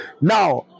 Now